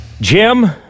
Jim